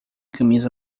camisa